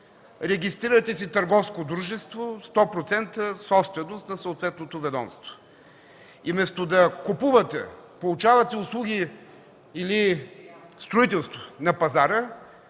регистрирате си търговско дружество – 100% собственост на съответното ведомство, и вместо да купувате, получавате услуги или строителство на пазара,